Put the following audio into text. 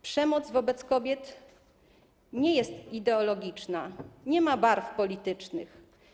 Przemoc wobec kobiet nie jest ideologiczna, nie ma barw politycznych.